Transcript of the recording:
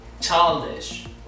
childish